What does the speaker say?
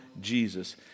Jesus